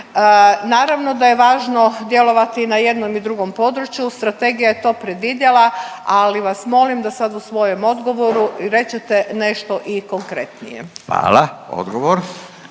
Naravno da je važno djelovati na jednom i drugom području, Strategija je to predvidjela, ali vas molim da sad u svojem odgovoru rečete nešto i konkretnije. **Radin,